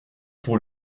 pour